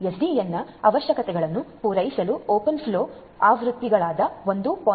ಎಸ್ಡಿಎನ್ನ ಅವಶ್ಯಕತೆಗಳನ್ನು ಪೂರೈಸಲು open flow ಆವೃತ್ತಿಗಳಾದ 1